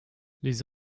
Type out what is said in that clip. les